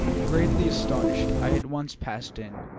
greatly astonished, i at once passed in,